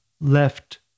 left